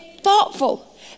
thoughtful